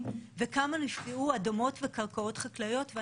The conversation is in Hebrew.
נפגעו וכמה אדמות וקרקעות חקלאיות נפגעו,